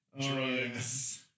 Drugs